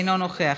אינו נוכח,